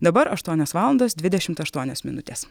dabar aštuonios valandos dvidešimt aštuonios minutės